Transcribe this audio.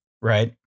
right